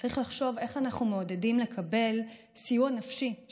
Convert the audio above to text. צריך לחשוב איך אנחנו מעודדים לקבל סיוע נפשי,